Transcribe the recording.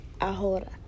ahora